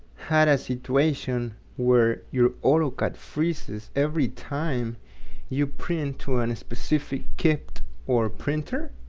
had a situation where your autocad freezes every time you print on a specific kit or printer?